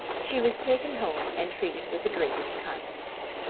she was taken home, and treated with the greatest kindness.